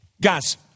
Guys